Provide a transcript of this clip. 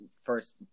first